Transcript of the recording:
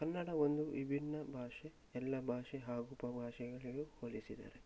ಕನ್ನಡವೊಂದು ವಿಭಿನ್ನ ಭಾಷೆ ಎಲ್ಲ ಭಾಷೆ ಹಾಗೂ ಉಪಭಾಷೆಗಳಿಗೆ ಹೋಲಿಸಿದರೆ